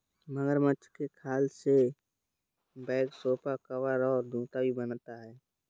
मगरमच्छ के खाल से बैग सोफा कवर और जूता भी बनता है